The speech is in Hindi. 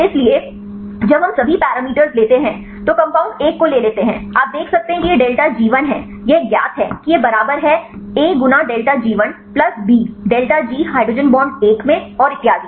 इसलिए जब हम सभी पैरामीटर लेते हैं तो कंपाउंड एक को ले लेते हैं आप देख सकते हैं कि यह डेल्टा G 1 है यह ज्ञात है कि यह बराबर है a गुना delta G 1 plus B delta G hydrogen bond 1 में और इतियादी